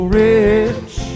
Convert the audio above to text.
rich